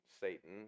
Satan